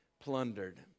plundered